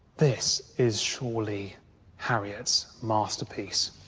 this is surely harriot's masterpiece?